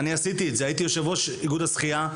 אני עשיתי את זה, הייתי יושב-ראש איגוד השחייה.